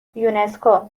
یونسکو